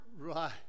Right